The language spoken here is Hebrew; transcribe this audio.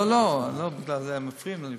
לא לא, זה כי מפריעים לי מהצד.